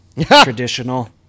traditional